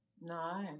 no